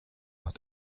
hat